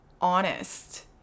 honest